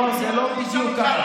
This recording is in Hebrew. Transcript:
לא, זה לא בדיוק ככה.